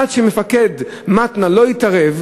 עד שמפקד מתנ"א לא התערב,